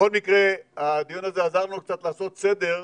בכל מקרה הדיון הזה עזר לנו קצת לעשות סדר,